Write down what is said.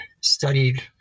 studied